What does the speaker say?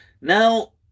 Now